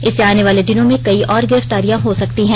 इससे आने वाले दिनों में कई और गिरफ्तारियां हो सकती हैं